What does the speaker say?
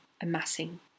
amassing